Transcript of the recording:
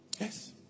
Yes